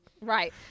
Right